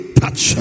touch